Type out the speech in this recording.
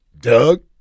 Doug